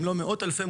אם לא ממאות אלפי,